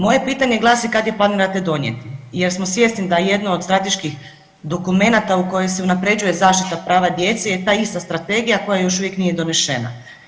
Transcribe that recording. Moje pitanje glasi kad je planirate donijeti, jer smo svjesni da jedno od strateških dokumenata u kojem se unapređuje zaštita prava djece je ta ista strategija koja još uvijek nije donošena.